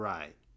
Right